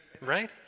Right